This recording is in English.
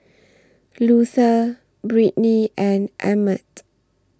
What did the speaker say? Luther Brittnee and Emett